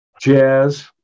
jazz